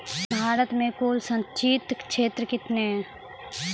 भारत मे कुल संचित क्षेत्र कितने हैं?